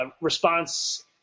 response